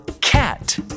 cat